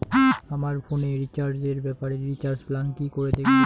আমার ফোনে রিচার্জ এর ব্যাপারে রিচার্জ প্ল্যান কি করে দেখবো?